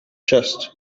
chest